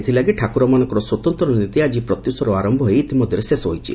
ଏଥିଲାଗି ଠାକୁରମାନଙ୍କର ସ୍ୱତନ୍ତ ନୀତି ଆଜି ପ୍ରତ୍ୟୁଷରୁ ଆରମ୍ ହୋଇ ଇତି ମଧ୍ଧରେ ଶେଷ ହୋଇଛି